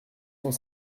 cent